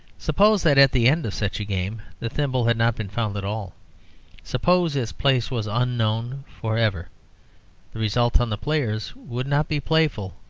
suppose that at the end of such a game the thimble had not been found at all suppose its place was unknown for ever the result on the players would not be playful,